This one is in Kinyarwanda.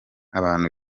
abantu